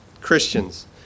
Christians